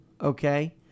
Okay